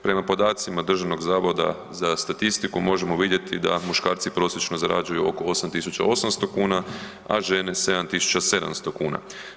Prema podacima Državnog zavoda za statistiku možemo vidjeti da muškarci prosječno zarađuju oko 8.800 kuna, a žene 7.700 kuna.